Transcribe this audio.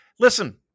Listen